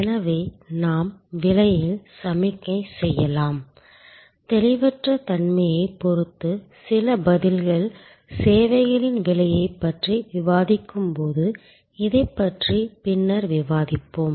எனவே நாம் விலையில் சமிக்ஞை செய்யலாம் தெளிவற்ற தன்மையைப் பொறுத்து சில பதில்கள் சேவைகளின் விலையைப் பற்றி விவாதிக்கும்போது இதைப் பற்றி பின்னர் விவாதிப்போம்